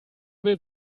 will